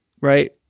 Right